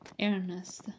Ernest